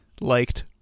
Liked